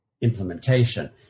implementation